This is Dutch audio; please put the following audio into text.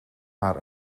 maar